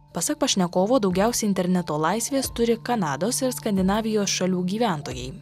pasak pašnekovo daugiausiai interneto laisvės turi kanados ir skandinavijos šalių gyventojai